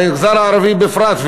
במגזר הערבי בפרט,